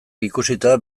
ikusita